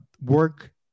work